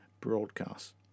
broadcast